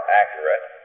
accurate